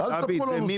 אל תספרו לנו סיפורים.